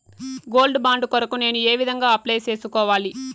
Gold bond కొరకు నేను ఏ విధంగా అప్లై సేసుకోవాలి?